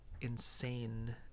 insane